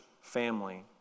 family